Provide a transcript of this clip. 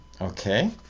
Okay